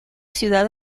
ciudad